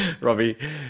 Robbie